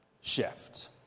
shift